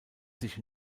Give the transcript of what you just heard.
sich